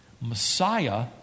Messiah